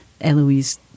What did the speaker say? Eloise